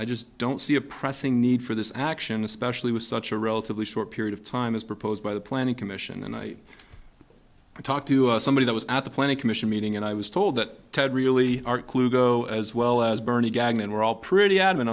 i just don't see a pressing need for this action especially with such a relatively short period of time as proposed by the planning commission and i i talked to somebody that was at the planning commission meeting and i was told that ted really our clue go as well as bernie gagne and we're all pretty adamant